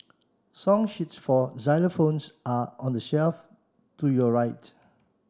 song sheets for xylophones are on the shelf to your right